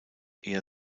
eher